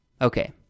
okay